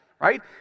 right